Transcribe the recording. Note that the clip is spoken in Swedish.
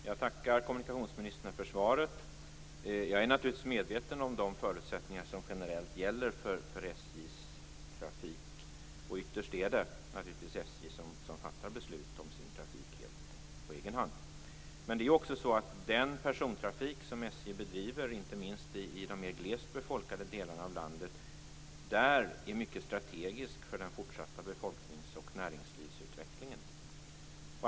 Fru talman! Jag tackar kommunikationsministern för svaret. Jag är naturligtvis medveten om de förutsättningar som generellt gäller för SJ:s trafik. Ytterst är det naturligtvis SJ som fattar beslut om sin trafik helt på egen hand. Men den persontrafik som SJ bedriver inte minst i de mer glest befolkade delarna av landet är där mycket strategisk för den fortsatta befolknings och näringslivsutvecklingen.